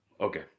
Okay